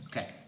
Okay